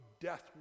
death